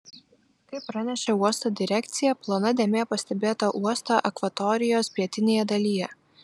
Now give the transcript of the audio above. kaip pranešė uosto direkcija plona dėmė pastebėta uosto akvatorijos pietinėje dalyje